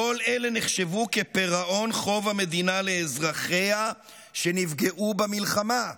כל אלה נחשבו כפירעון חוב המדינה לאזרחיה שנפגעו במלחמה",